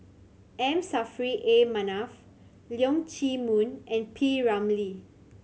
M Saffri A Manaf Leong Chee Mun and P Ramlee